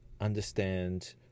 understand